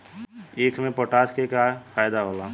ईख मे पोटास के का फायदा होला?